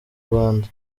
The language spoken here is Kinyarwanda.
rwanda